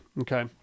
Okay